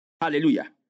Hallelujah